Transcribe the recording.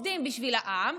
עובד בשביל העם,